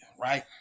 right